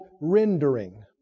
rendering